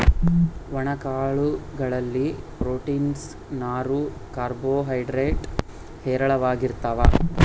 ಒಣ ಕಾಳು ಗಳಲ್ಲಿ ಪ್ರೋಟೀನ್ಸ್, ನಾರು, ಕಾರ್ಬೋ ಹೈಡ್ರೇಡ್ ಹೇರಳವಾಗಿರ್ತಾವ